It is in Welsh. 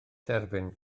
derfyn